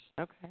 Okay